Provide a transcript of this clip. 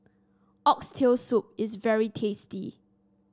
Oxtail Soup is very tasty